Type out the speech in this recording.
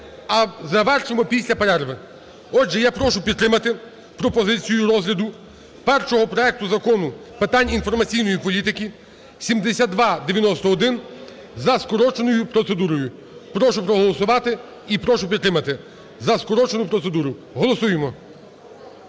а завершимо після перерви. Отже, я прошу підтримати пропозицію розгляду першого проекту Закону з питань інформаційної політики 7291 за скороченою процедурою. Прошу проголосувати і прошу підтримати за скорочену процедуру. Голосуємо.